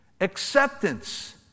Acceptance